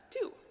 two